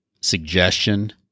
suggestion